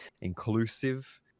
inclusive